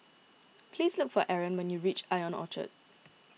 please look for Aron when you reach Ion Orchard